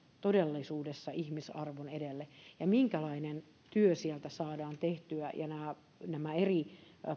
todellisuudessa ihmisarvon edelle minkälainen työ siellä saadaan tehtyä ja miten nämä eri